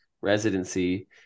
residency